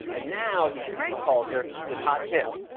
and now he prank calls her with hot tips.